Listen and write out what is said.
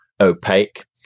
opaque